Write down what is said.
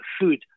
food